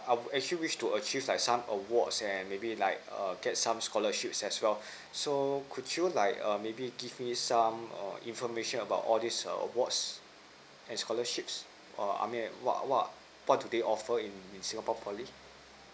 I'm actually wish to achieve like some awards and maybe like err get some scholarships as well so could you like um maybe give me some err information about all these err awards and scholarships err I mean what what what do they offer in singapore poly